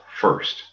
first